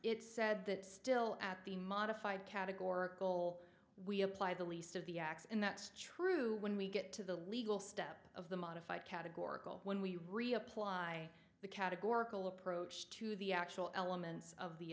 it said that still at the modified categorical we apply the least of the acts and that's true when we get to the legal step of the modified categorical when we reapply the categorical approach to the actual elements of the